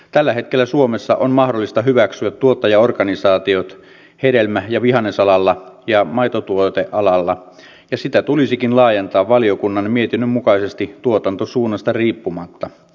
tällä hetkellä suomessa on mahdollista hyväksyä tuottajaorganisaatiot hedelmä ja vihannesalalla ja maitotuotealalla ja sitä tulisikin laajentaa valiokunnan mietinnön mukaisesti tuotantosuunnasta riippumatta